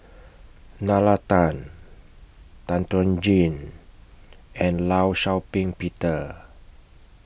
Nalla Tan Tan Chuan Jin and law Shau Ping Peter